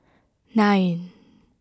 nine